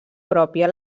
pròpia